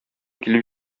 килеп